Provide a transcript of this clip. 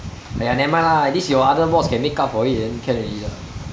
!aiya! nevermind lah at least your other mods can make up for it then can already lah